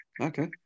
Okay